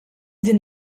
din